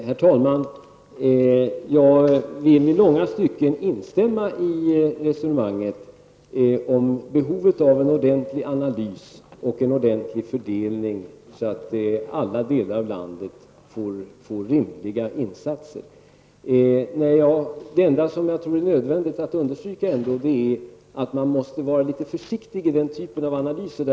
Herr talman! Jag vill i långa stycken instämma i resonemanget om behovet av en ordentlig analys och en ordentlig fördelning så att alla delar av landet får rimliga insatser. Men jag tror att det är nödvändigt att understryka att man måste vara litet försiktig i den typen av analyser.